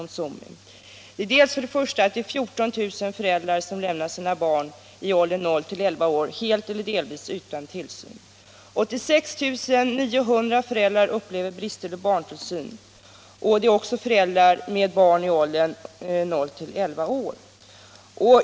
Det gäller för det första uppgiften att 14 000 föräldrar lämnar sina barn i åldern 0-11 år helt eller delvis utan tillsyn samt för det andra uppgiften att 86 900 föräldrar med barn i åldern 0-11 år upplever brister i barntillsynen.